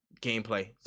gameplay